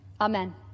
Amen